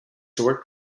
worked